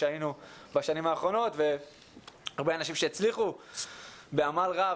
היינו בשנים האחרונות והרבה אנשים שהצליחו בעמל רב